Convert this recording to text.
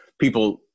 People